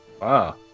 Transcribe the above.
Wow